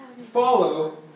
Follow